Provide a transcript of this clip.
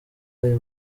ayo